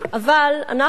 אבל אנחנו כאן,